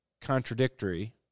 contradictory